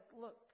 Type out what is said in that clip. look